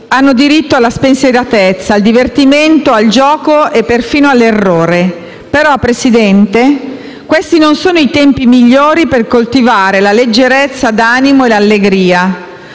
hanno diritto alla spensieratezza, al divertimento, al gioco e perfino all'errore. Però, signora Presidente, questi non sono i tempi migliori per coltivare la leggerezza d'animo e l'allegria.